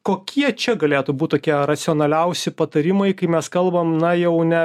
kokie čia galėtų būti tokia racionaliausi patarimai kai mes kalbam na jau ne